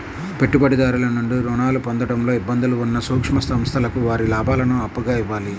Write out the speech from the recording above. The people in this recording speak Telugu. పెట్టుబడిదారుల నుండి రుణాలు పొందడంలో ఇబ్బందులు ఉన్న సూక్ష్మ సంస్థలకు వారి లాభాలను అప్పుగా ఇవ్వాలి